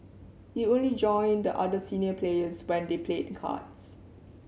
he only join the other senior players when they played cards